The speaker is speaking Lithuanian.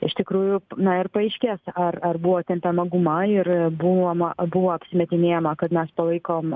iš tikrųjų na ir paaiškės ar ar buvo tempiama guma ir buvo ma buvo apsimetinėjama kad mes palaikom